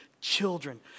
children